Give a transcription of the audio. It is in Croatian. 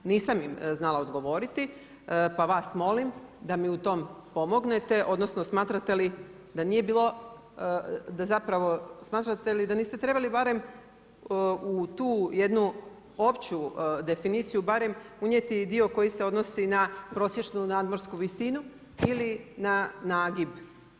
Nisam im znala odgovoriti pa vas molim da mi u tom pomognete, odnosno smatrate li da nije bilo, smatrate li da niste trebali barem u tu jednu opću definiciju barem unijeti i dio koji se odnosi na prosječnu nadmorsku visinu ili na nagib?